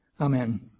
Amen